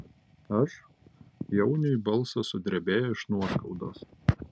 aš jauniui balsas sudrebėjo iš nuoskaudos